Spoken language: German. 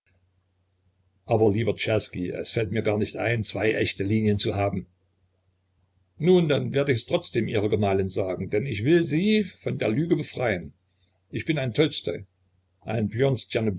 aber lieber czerski es fällt mir gar nicht ein zwei echte linien zu haben nun dann werd ichs trotzdem ihrer gemahlin sagen denn ich will sie von der lüge befreien ich bin ein tolstoj ein